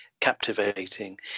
captivating